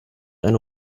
eine